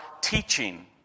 teaching